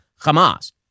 Hamas